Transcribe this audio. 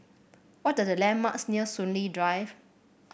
what are the landmarks near Soon Lee Drive